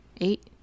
eight